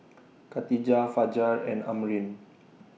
Katijah Fajar and Amrin